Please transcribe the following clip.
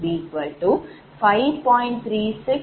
35